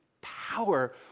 power